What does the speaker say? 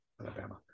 Alabama